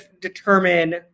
determine